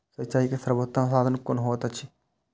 सिंचाई के सर्वोत्तम साधन कुन होएत अछि?